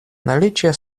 наличие